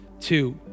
Two